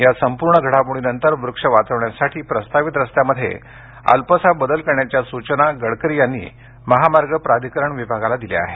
या संपूर्ण घडामोडीनंतर वृक्ष वाचवण्यासाठी प्रस्तावित रस्त्यामध्ये अल्पसा बदल करण्याच्या सूचना नितीन गडकरी यांनी महामार्ग प्राधिकरण विभागाला दिल्या आहेत